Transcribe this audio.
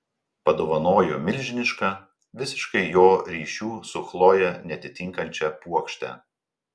padovanojo milžinišką visiškai jo ryšių su chloje neatitinkančią puokštę